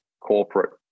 corporate